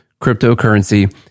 cryptocurrency